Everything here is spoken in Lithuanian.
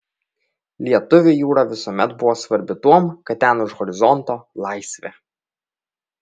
lietuviui jūra visuomet buvo svarbi tuom kad ten už horizonto laisvė